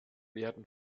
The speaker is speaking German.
werden